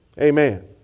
amen